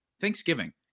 Thanksgiving